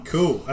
Cool